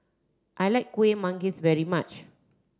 I like Kuih Manggis very much